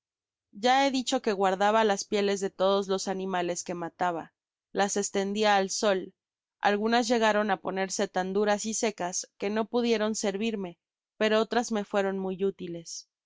ya he dicho que guardaba las pieles de todos los animales que mataba las estendia al sol algunas llegaron á ponerse tan duras y secas que no pudieron servirme pero otras me fueron muy útiles